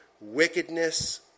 wickedness